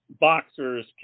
boxers